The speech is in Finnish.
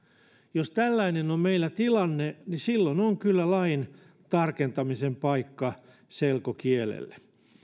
jos tällainen on meillä tilanne niin silloin on kyllä lain tarkentamisen paikka selkokielelle